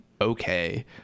okay